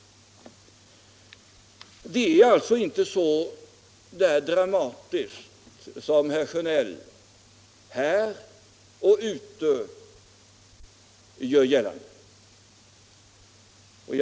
Situationen är alltså inte så dramatisk som herr Sjönell här och ute på fältet gör gällande.